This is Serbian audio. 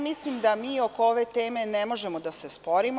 Mislim da mi oko ove teme ne možemo da se sporimo.